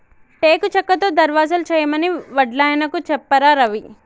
టేకు చెక్కతో దర్వాజలు చేయమని వడ్లాయనకు చెప్పారా రవి